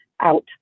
out